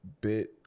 bit